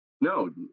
No